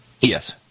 Yes